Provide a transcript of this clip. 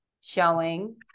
showing